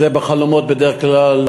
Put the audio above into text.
זה בחלומות בדרך כלל.